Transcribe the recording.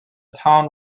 town